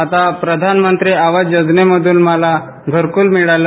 आता प्रधानमंत्री आवास योजनेमधून मला घरकूल मिळाल